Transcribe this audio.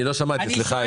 אני לא שמעתי, סליחה.